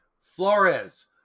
Flores